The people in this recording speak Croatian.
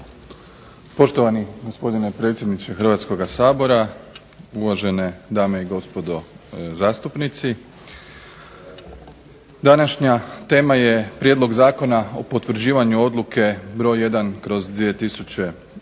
Poštovani gospodine predsjedniče Hrvatskoga sabora, uvažene dame i gospodo zastupnici današnja tema je prijedlog Zakona o potvrđivanju Odluke br. 1/2010.